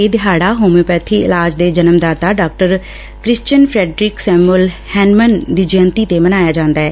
ਇਹ ਦਿਹਾਤਾ ਹੋਮਿਓਪੈਥੀ ਇਲਾਜ ਦੇ ਜਨਮਦਾਤਾ Dr Christian Friedrich Samuel Hahnemann ਦੀ ਜੈਯੰਤੀ ਤੇ ਮਨਾਇਆ ਜਾਂਦੈ